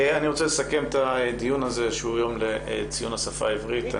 אני רוצה לסכם את הדיון הזה שהוא ליום לציון השפה העברית.